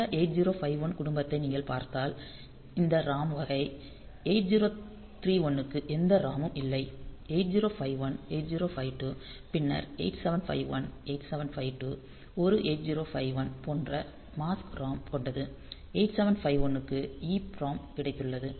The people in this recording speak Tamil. இந்த 8051 குடும்பத்தை நீங்கள் பார்த்தால் இந்த ROM வகை 8031 க்கு எந்த ROM ம் இல்லை 8051 8052 பின்னர் 8751 8752 ஒரு 8051 போன்ற மாஸ்க் ROM கொண்டது 8751 க்கு EPROM கிடைத்துள்ளது